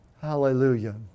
Hallelujah